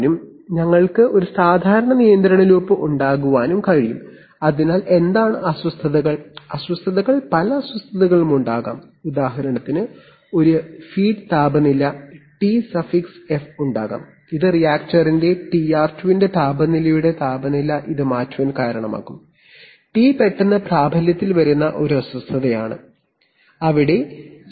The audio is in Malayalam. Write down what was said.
പല അസ്വസ്ഥതകളും ഉണ്ടാകാം ഉദാഹരണത്തിന് ഒരു ഫീഡ് താപനില Tf ഉണ്ടാകാം ഇത് റിയാക്ടറിന്റെ താപനില Tr2 അങ്ങനെ പെട്ടെന്ന് Tr മാറ്റാൻ കാരണമാകും